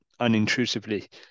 unintrusively